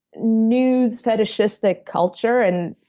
news fetishistic culture. and